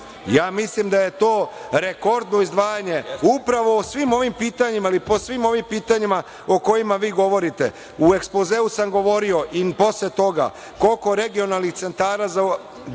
Ja mislim da je to rekordno izdvajanje upravo o svim ovim pitanjima, po svim ovim pitanjima o kojima vi govorite.U ekspozeu sam govorio i posle toga koliko regionalnih centara za